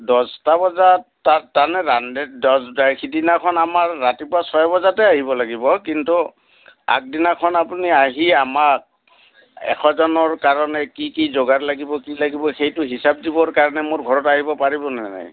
দহটা বজাত তাত তাৰমানে ৰান্ধে দহ সিদিনাখন আমাৰ ৰাতিপুৱা ছয় বজাতে আহিব লাগিব কিন্তু আগদিনাখন আপুনি আহি আমাক এশজনৰ কাৰণে কি কি জোগাৰ লাগিব কি লাগিব সেইটো হিচাপ দিবৰ কাৰণে মোৰ ঘৰত আহিব পাৰিবনে নাই